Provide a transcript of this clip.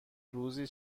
روزی